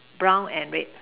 brown and red